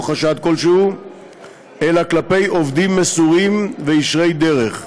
חשד כלשהו אלא כלפי עובדים מסורים וישרי דרך.